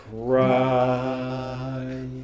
cry